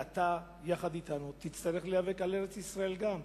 ואתה יחד אתנו תצטרך להיאבק על ארץ-ישראל גם.